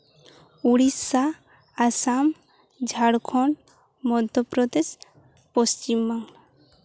Odisha Assam Jharkhand Madhya Pradesh Paschimbangla